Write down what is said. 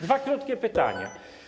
Dwa krótkie pytania.